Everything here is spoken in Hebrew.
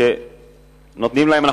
לא הגיוני שקציני צה"ל,